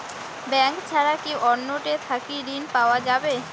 Bank ছাড়া কি অন্য টে থাকি ঋণ পাওয়া যাবে?